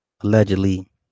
allegedly